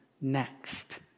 next